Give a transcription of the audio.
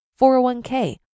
401k